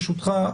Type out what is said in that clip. ברשותך,